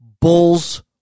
bulls